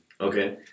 Okay